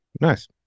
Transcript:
nice